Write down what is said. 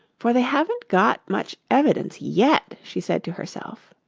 for they haven't got much evidence yet she said to herself.